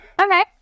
okay